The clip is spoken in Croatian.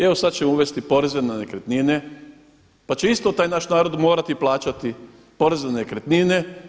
Evo sada će uvesti poreze na nekretnine pa će isto taj naš narod morati plaćati porez na nekretnine.